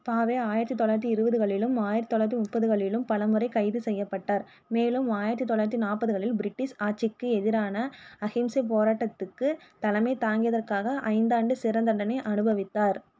பாவே ஆயிரத்து தொள்ளாயிரத்து இருபதுகளிலும் ஆயிரத்து தொள்ளாயிரத்து முப்பதுகளிலும் பலமுறை கைது செய்யப்பட்டார் மேலும் ஆயிரத்து தொள்ளாயிரத்து நாற்பது களில் பிரிட்டிஷ் ஆட்சிக்கு எதிரான அகிம்சைப் போராட்டத்துக்குத் தலைமை தாங்கியதற்காக ஐந்தாண்டு சிறைத்தண்டனை அனுபவித்தார்